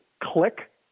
click